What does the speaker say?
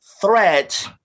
threat